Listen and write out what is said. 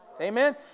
amen